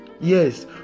Yes